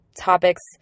topics